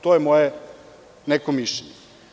To je moje neko mišljenje.